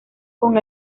con